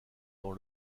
dans